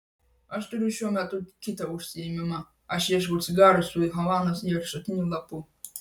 aš turiu šiuo metu kitą užsiėmimą aš ieškau cigarų su havanos viršutiniu lapu